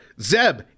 Zeb